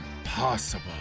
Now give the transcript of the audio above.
Impossible